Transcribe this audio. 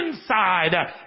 inside